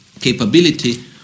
capability